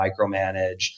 micromanage